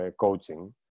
coaching